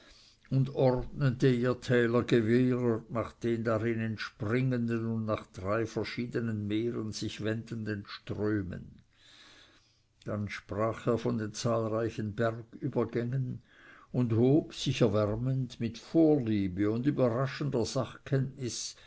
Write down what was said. und ordnete ihr tälergewirr nach den darin entspringenden und nach drei verschiedenen meeren sich wendenden strömen dann sprach er von den zahlreichen bergübergängen und hob sich erwärmend mit vorliebe und überraschender sachkenntnis